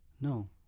no